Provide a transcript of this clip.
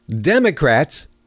Democrats